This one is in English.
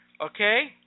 okay